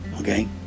okay